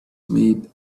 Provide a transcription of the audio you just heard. made